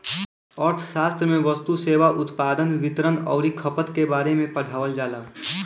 अर्थशास्त्र में वस्तु, सेवा, उत्पादन, वितरण अउरी खपत के बारे में पढ़ावल जाला